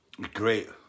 Great